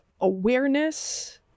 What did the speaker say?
awareness